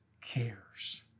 cares